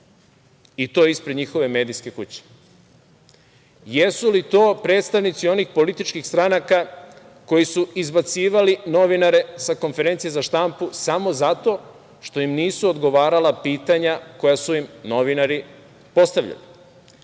i to ispred njihove medijske kuće. Da li su to predstavnici onih političkih stranaka koji su izbacivali novinare sa konferencije za štampu samo zato što im nisu odgovarala pitanja koja su im novinari postavljali.